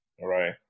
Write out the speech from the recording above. right